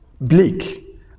bleak